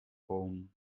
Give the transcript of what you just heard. poem